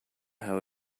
how